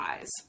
eyes